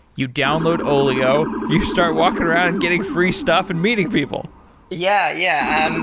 you download olio, you start walking around and getting free stuff and meeting people yeah, yeah. um